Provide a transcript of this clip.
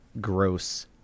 gross